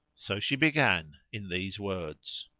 so she began, in these words,